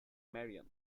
marion